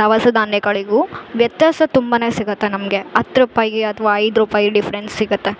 ದವಸ ಧಾನ್ಯಗಳಿಗೂ ವ್ಯತ್ಯಾಸ ತುಂಬಾನೇ ಸಿಗತ್ತೆ ನಮಗೆ ಹತ್ತು ರೂಪಾಯಿಗೆ ಅಥ್ವ ಐದು ರೂಪಾಯಿ ಡಿಫ್ರೆನ್ಸ್ ಸಿಗತ್ತೆ